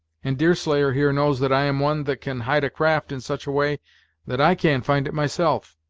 and deerslayer here knows that i am one that can hide a craft in such a way that i can't find it myself.